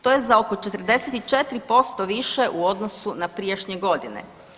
To je za oko 44% više u odnosu na prijašnje godine.